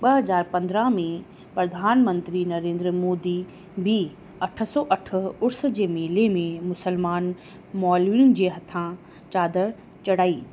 ॿ हज़ार पंद्रहां में प्रधानमंत्री नरेंद्र मोदी बि अठ सौ अठ उर्स जे मेले में मुस्लमान मौलवीन जे हथां चादर चढ़ाई